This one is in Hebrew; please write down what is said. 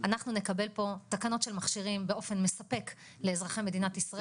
אנחנו נקבל פה תקנות של מכשירים באופן מספק לאזרחי מדינת ישראל,